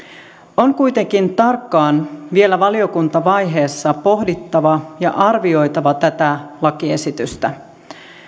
on kuitenkin tarkkaan vielä valiokuntavaiheessa pohdittava ja arvioitava tätä lakiesitystä